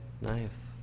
Nice